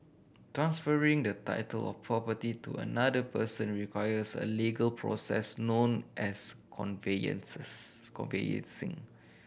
transferring the title of property to another person requires a legal process known as conveyancing